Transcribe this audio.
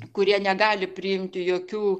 kurie negali priimti jokių